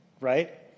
right